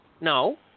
No